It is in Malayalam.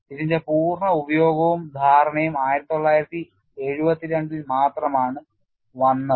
ഇതിന്റെ പൂർണ ഉപയോഗവും ധാരണയും 1972 ൽ മാത്രമാണ് വന്നത്